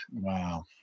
Wow